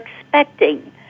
expecting